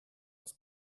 aus